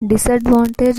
disadvantages